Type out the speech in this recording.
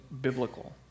biblical